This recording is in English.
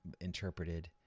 interpreted